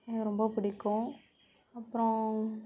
எனக்கு ரொம்ப பிடிக்கும் அப்றம்